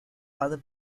either